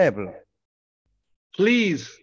Please